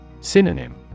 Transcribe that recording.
Synonym